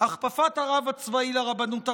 הכפפת הרב הצבאי לרבנות הראשית,